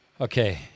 Okay